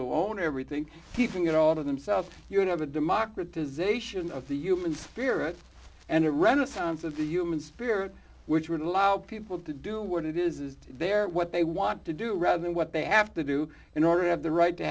who own everything keeping it all to themselves you know the democratization of the human spirit and a renaissance of the human spirit which would allow people to do what it is they're what they want to do rather than what they have to do in order to have the right to